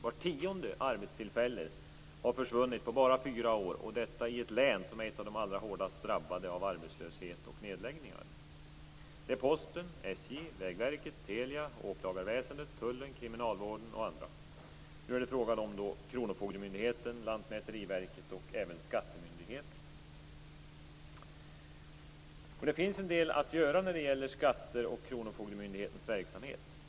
Vart tionde arbetstillfälle har försvunnit på bara fyra år, och detta i ett län som är ett av de allra hårdast drabbade av arbetslöshet och nedläggningar. Det är Posten, SJ, Vägverket, Telia, åklagarväsendet, tullen, kriminalvården och andra. Nu är det fråga om kronofogdemyndigheten, Lantmäteriverket och även skattemyndigheten. Det finns en del att göra när det gäller skattemyndighetens och kronofogdemyndighetens verksamhet.